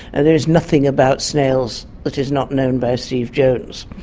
and there is nothing about snails that is not known by steve jones.